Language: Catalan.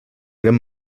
gran